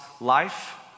life